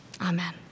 Amen